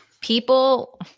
people